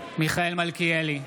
מיכאל מלכיאלי,